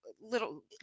little